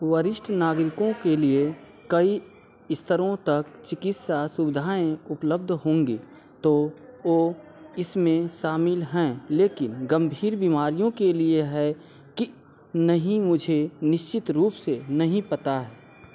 वरिष्ठ नागरिकों के लिए कई स्तरों तक चिकित्सा सुविधाऐं उपलब्ध होंगी तो वे इसमें शामिल हैं लेकिन गंभीर बीमारियों के लिए है कि नहीं मुझे निश्चित रूप से नहीं पता है